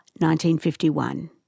1951